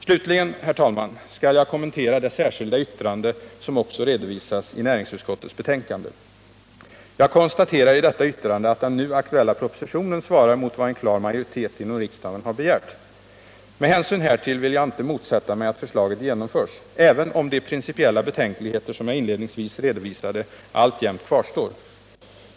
Slutligen, herr talman, skall jag kommentera det särskilda yttrande som också redovisas i näringsutskottets betänkande. Jag konstaterar i detta yttrande att den nu aktuella propositionen svarar mot vad en klar majoritet inom riksdagen har begärt. Med hänsyn härtill vill jag inte motsätta mig att förslaget genomförs, även om de principiella betänkligheter som jag inledningsvis redovisade alltjämt kvarstår.